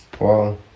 Wow